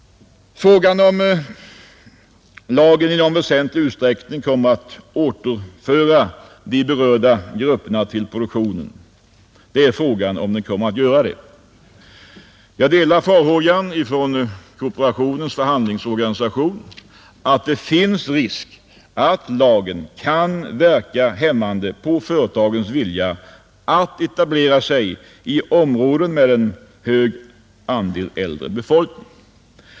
Frågan är om lagen i någon väsentlig utsträckning kommer att återföra de berörda grupperna till produktionen. Jag delar farhågan från Kooperationens förhandlingsorganisation att det finns risk att lagen kan verka hämmande på företagens vilja att etablera sig i områden med en hög andel äldre befolkning.